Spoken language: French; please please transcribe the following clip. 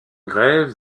grève